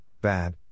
BAD